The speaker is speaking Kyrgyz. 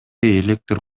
электр